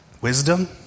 Wisdom